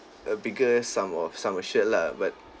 a bigger sum of sum assured lah but